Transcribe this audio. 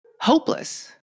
hopeless